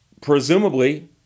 Presumably